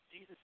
Jesus